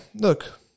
look